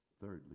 thirdly